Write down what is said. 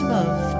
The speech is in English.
love